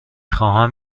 خواهم